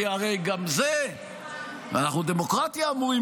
כי הרי אנחנו אמורים להיות דמוקרטיה.